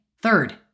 third